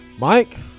Mike